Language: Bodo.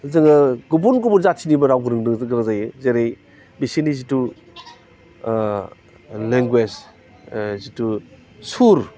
जोङो गुबुन गुबुन जाथिनिबो राव बुंनो रोंग्रा जायो जेरै बिसिनि जिथु लेंगुवेज जिथु सुर